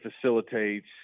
facilitates